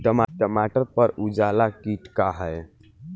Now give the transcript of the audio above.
टमाटर पर उजला किट का है?